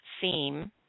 theme